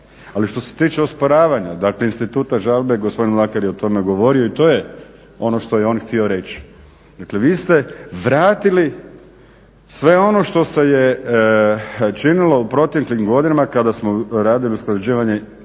Ali što se tiče osporavanja, dakle instituta žalbe, gospodin Mlakar je o tome govorio i to je ono što je on htio reći, dakle vi ste vratili sve ono što se je činilo u proteklim godinama kada smo radili usklađivanje